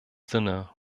sinne